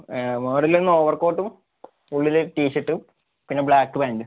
ഏഹ് മോഡലൊന്ന് ഓവർക്കോട്ടും ഉള്ളിൽ ടീഷർട്ടും പിന്നെ ബ്ലാക്ക് പാൻ്റും